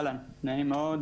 נעים מאוד,